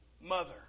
Mother